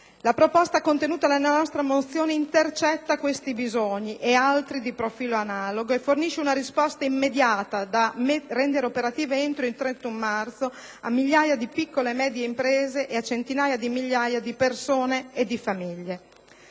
La proposta contenuta nella nostra mozione intercetta questi bisogni (e altri di profilo analogo) e fornisce una risposta immediata, da rendere operativa entro il 31 marzo, a migliaia di piccole e medie imprese e a centinaia di migliaia di persone e di famiglie.